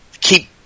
Keep